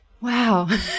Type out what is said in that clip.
Wow